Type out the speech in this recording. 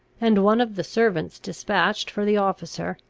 and one of the servants despatched for the officer,